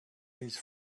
his